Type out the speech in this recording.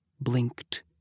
blinked